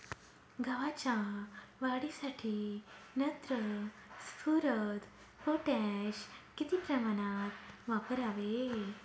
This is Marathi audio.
गव्हाच्या वाढीसाठी नत्र, स्फुरद, पोटॅश किती प्रमाणात वापरावे?